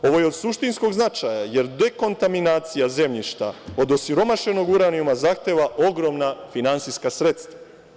Ovo je od suštinskog značaja, jer dekontaminacija zemljišta od osiromašenog uranijuma zahteva ogromna finansijska sredstva.